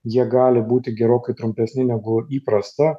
jie gali būti gerokai trumpesni negu įprasta